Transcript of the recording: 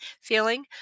feeling